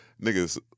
niggas